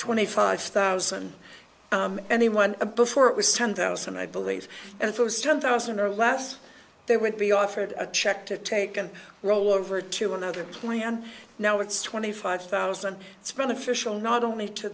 twenty five thousand anyone before it was ten thousand i believe it was ten thousand or less there would be offered a check to take and roll over to another plan now it's twenty five thousand it's from official not only to